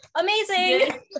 Amazing